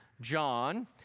John